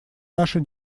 наши